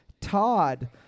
todd